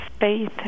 Faith